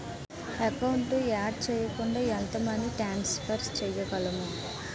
Account add చేయకుండా ఎంత money transfer చేయగలము?